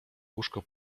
łóżko